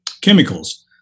chemicals